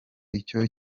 icyo